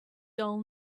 dull